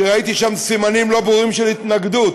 וראיתי שם סימנים לא ברורים של התנגדות,